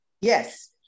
yes